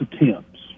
attempts